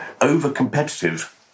over-competitive